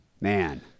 Man